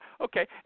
okay